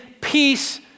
peace